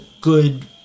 good